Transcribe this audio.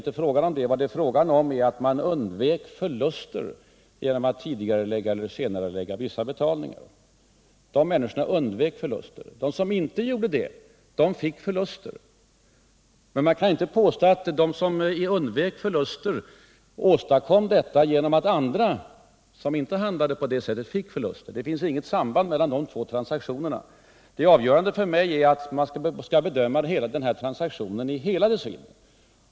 Men jag säger: Det är inte fråga om det, utan att man undvek förluster genom att tidigarelägga eller senarelägga vissa betalningar — de människorna undvek förluster. De som inte gjorde detta fick förluster. Men man kan inte påstå att de som undvek förluster gjorde det genom att andra, som inte handlade på samma sätt, fick förluster. Det finns inget samband mellan de två slagen av transaktioner. Det avgörande för mig är att man skall bedöma den här frågan i hela dess vidd.